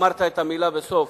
אמרת את המלה בסוף,